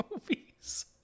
movies